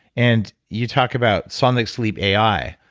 and you talk about sonic sleep a i.